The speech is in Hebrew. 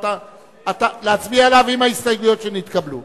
להצביע עליו עם ההסתייגויות שנתקבלו.